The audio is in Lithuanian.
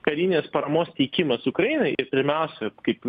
karinės paramos teikimas ukrainai ir pirmiausia kaip